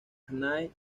knight